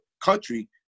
country